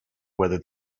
whether